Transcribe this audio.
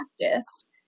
practice